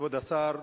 כבוד השר,